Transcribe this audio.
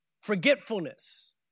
Forgetfulness